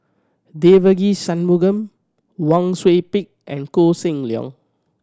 Devagi Sanmugam Wang Sui Pick and Koh Seng Leong